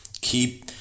keep